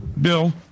bill